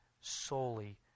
solely